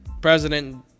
president